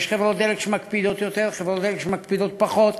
יש חברות דלק שמקפידות יותר וחברות דלק שמקפידות פחות.